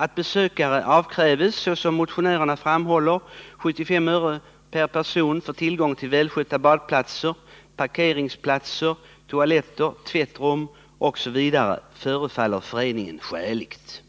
Att besökare avkräves — såsom motionärerna framhåller — 75 öre per person för tillgång till välskötta badplatser, parkeringsplatser, toaletter, tvättrum m.m. förefaller Föreningen skäligt.”